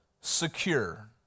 secure